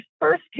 first